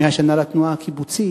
100 שנה לתנועה הקיבוצית,